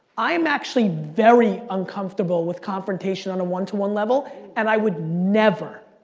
i'm actually very uncomfortable with confrontation on a one-to-one level, and i would never,